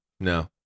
No